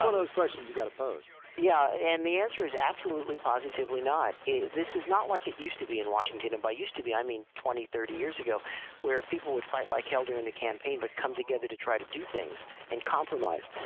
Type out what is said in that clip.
um those questions you've got to pose yeah and and the answer is absolutely, positively not. this is not like it used to be in washington. and by used to be, i mean twenty thirty years ago where people would fight like hell during the campaign, but come together to try to do things and compromise.